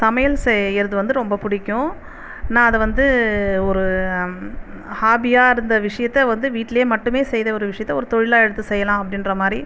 சமையல் செய்கிறது வந்து ரொம்ப பிடிக்கும் நான் அதை வந்து ஒரு ஹாபியா இருந்த விஷயத்த வந்து வீட்டிலேயே மட்டுமே செய்த ஒரு விஷயத்த ஒரு தொழிலாக எடுத்து செய்யலாம் அப்படின்ற மாதிரி